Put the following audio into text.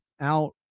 out